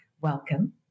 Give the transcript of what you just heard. Welcome